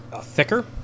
thicker